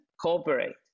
cooperate